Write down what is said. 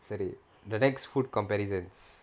சரி:sari the next food comparisons